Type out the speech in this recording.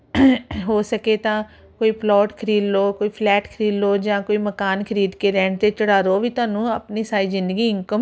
ਹੋ ਸਕੇ ਤਾਂ ਕੋਈ ਪਲੋਟ ਖਰੀਦ ਲਓ ਕੋਈ ਫਲੈਟ ਖਰੀਦ ਲਓ ਜਾਂ ਕੋਈ ਮਕਾਨ ਖਰੀਦ ਕੇ ਰੈਂਟ ਤੇ ਚੜਾ ਦੋ ਉਹ ਵੀ ਤੁਹਾਨੂੰ ਆਪਣੀ ਸਾਰੀ ਜ਼ਿੰਦਗੀ ਇਨਕਮ